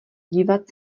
dívat